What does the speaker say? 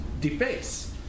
deface